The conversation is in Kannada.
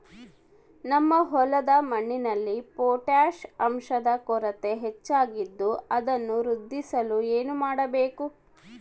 ನಮ್ಮ ಹೊಲದ ಮಣ್ಣಿನಲ್ಲಿ ಪೊಟ್ಯಾಷ್ ಅಂಶದ ಕೊರತೆ ಹೆಚ್ಚಾಗಿದ್ದು ಅದನ್ನು ವೃದ್ಧಿಸಲು ಏನು ಮಾಡಬೇಕು?